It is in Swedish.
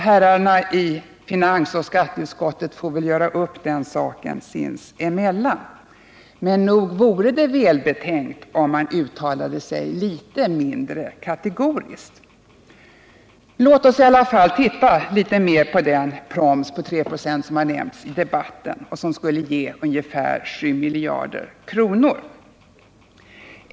Herrarna i finansutskottet och skatteutskottet får väl göra upp den saken sinsemellan, men nog vore det välbetänkt om man uttalade sig litet mindre kategoriskt. Låt oss ändå titta litet mer på den proms på 3 96 som har nämnts i debatten och som skulle ge ca 7 miljarder kronor.